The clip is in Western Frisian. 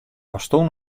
asto